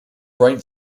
rite